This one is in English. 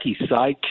sidekick